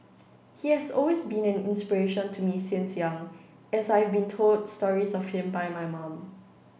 he has always been an inspiration to me since young as I've been told stories of him by my mum